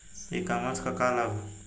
ई कॉमर्स क का लाभ ह?